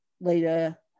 later